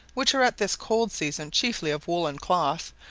which are at this cold season chiefly of woollen cloth,